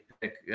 pick